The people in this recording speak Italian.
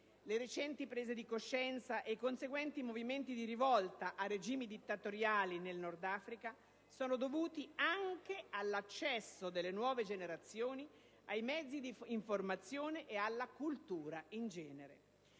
Le recenti prese di coscienza e i conseguenti movimenti di rivolta a regimi dittatoriali nel Nord Africa sono dovuti anche all'accesso delle nuove generazioni ai mezzi di informazione e alla cultura in genere.